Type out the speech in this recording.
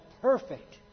perfect